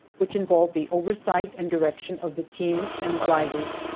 which involved the oversight and direction of the teams and drivers,